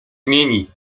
zmieni